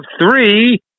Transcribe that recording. three